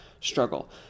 struggle